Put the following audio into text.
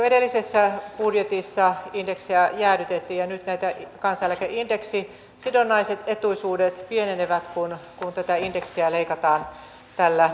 edellisessä budjetissa indeksejä jäädytettiin ja nyt nämä kansaneläkeindeksisidonnaiset etuisuudet pienenevät kun tätä indeksiä leikataan tällä